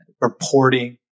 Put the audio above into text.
reporting